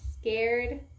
scared